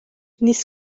nis